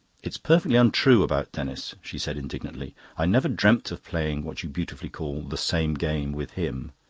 it's perfectly untrue about denis, she said indignantly. i never dreamt of playing what you beautifully call the same game with him.